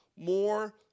More